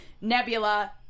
Nebula